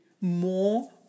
more